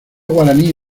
guaraní